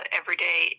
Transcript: everyday